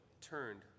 turned